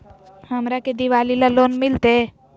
हमरा के दिवाली ला लोन मिलते?